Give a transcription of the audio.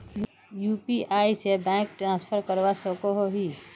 UPI से bank transfer करवा सकोहो ही?